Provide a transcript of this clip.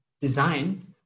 design